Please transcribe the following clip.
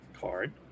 card